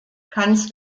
kannst